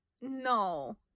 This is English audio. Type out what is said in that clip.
No